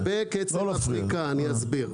לגבי קצב הפריקה, אני אסביר: